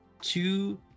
two